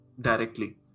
directly